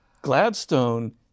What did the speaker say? Gladstone